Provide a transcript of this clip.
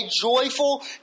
joyful